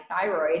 thyroid